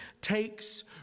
takes